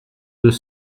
deux